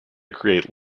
create